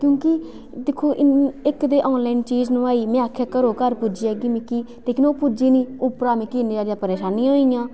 ऐं क्योंकि दिक्खो इक ते आनलाइन चीज नुआई में आक्खेआ घरोघर पुज्जी जाह्गी मिकी लेकिन ओह् पुज्जी निं उप्परा मिकी इन्नियांं जैदा परशानियां होइयां